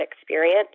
experience